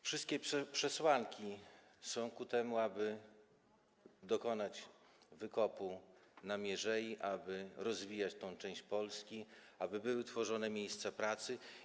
Wszystkie przesłanki są ku temu, aby dokonać wykopu na mierzei, aby rozwijać tę część Polski, aby były tworzone miejsca pracy.